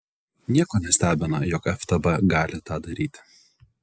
nieko nestebina jog ftb gali tą daryti